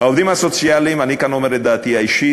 העובדים הסוציאליים, אני כאן אומר את דעתי האישית.